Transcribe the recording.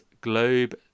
Globe